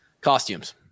costumes